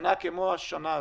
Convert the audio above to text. בשנה כמו השנה הזאת,